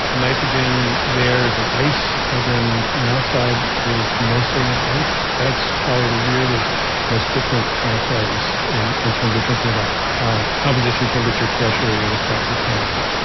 nitrogen there is an ice. carbon monoxide is mostly an ice. that's probably the weirdest, most different kind of place in in terms of thinking about how composition, temperature, pressure would affect the sound